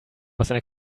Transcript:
nicht